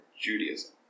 Judaism